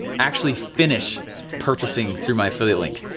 actually finish purchasing through my affiliate link.